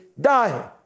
die